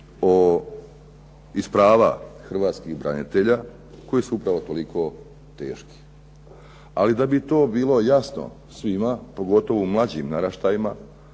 iz prava hrvatskih branitelja koji su upravo toliko teški. Ali da bi to bilo jasno svima pogotovo mlađim naraštajima